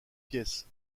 pièce